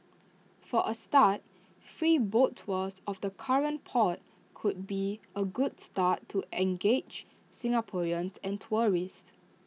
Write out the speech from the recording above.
for A start free boat tours of the current port could be A good start to engage Singaporeans and tourists